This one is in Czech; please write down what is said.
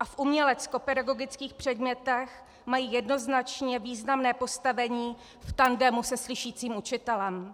a v uměleckopedagogických předmětech mají jednoznačně významné postavení v tandemu se slyšícím učitelem.